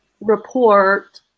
report